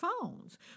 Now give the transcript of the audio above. phones